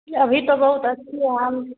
अभी तो बहुत अच्छी है